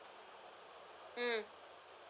hmm